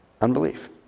Unbelief